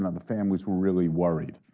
and the families were really worried.